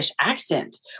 accent